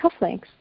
cufflinks